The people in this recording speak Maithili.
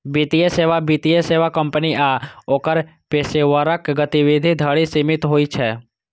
वित्तीय सेवा वित्तीय सेवा कंपनी आ ओकर पेशेवरक गतिविधि धरि सीमित होइ छै